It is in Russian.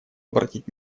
обратить